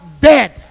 dead